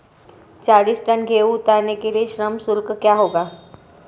चालीस टन गेहूँ उतारने के लिए श्रम शुल्क क्या होगा?